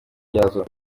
ryazo